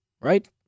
right